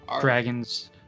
dragons